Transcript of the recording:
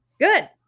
good